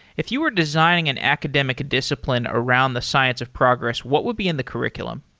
if you were designing an academic discipline around the science of progress, what would be in the curriculum?